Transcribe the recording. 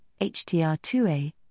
HTR2A